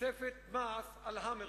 תוספת מס על "האמרים".